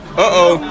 Uh-oh